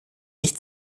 nicht